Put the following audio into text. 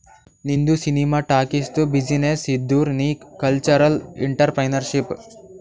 ನಿಂದು ಸಿನಿಮಾ ಟಾಕೀಸ್ದು ಬಿಸಿನ್ನೆಸ್ ಇದ್ದುರ್ ನೀ ಕಲ್ಚರಲ್ ಇಂಟ್ರಪ್ರಿನರ್ಶಿಪ್